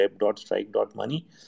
web.strike.money